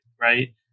right